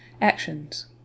Actions